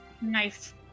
Nice